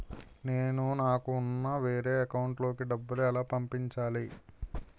నేను నాకు ఉన్న వేరే అకౌంట్ లో కి డబ్బులు ఎలా పంపించాలి?